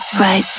right